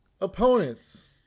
opponents